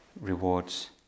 rewards